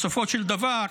ובסופו של דבר,